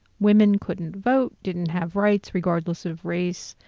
women couldn't vote, didn't have rights regardless of race,